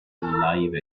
live